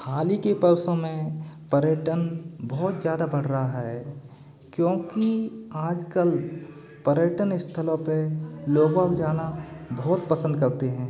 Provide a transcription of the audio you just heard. हाल ही के परसो में पर्यटन बहुत ज़्यादा बढ़ रहा है क्योंकि आजकल पर्यटन स्थलों पर लोगों को जाना बहुत पसंद करते हैं